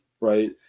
right